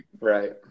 right